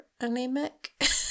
anemic